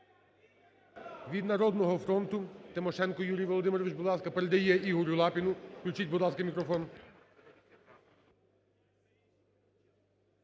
Від "Народного фронту" Тимошенко Юрій Володимирович, будь ласка. Передає Ігорю Лапіну. Включіть, будь ласка, мікрофон.